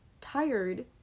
tired